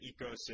ecosystem